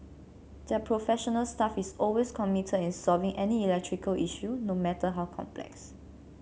their professional staff is always committed in solving any electrical issue no matter how complex